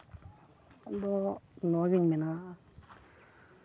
ᱤᱧ ᱫᱚ ᱱᱚᱣᱟᱜᱤᱧ ᱢᱮᱱᱟ